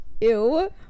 Ew